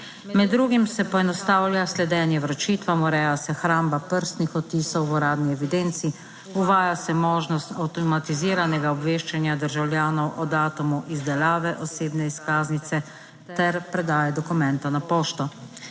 Med drugim se poenostavlja sledenje vročitvam, ureja se hramba prstnih odtisov v uradni evidenci, uvaja se možnost avtomatiziranega obveščanja državljanov o datumu izdelave osebne izkaznice ter predaje dokumentov na pošto.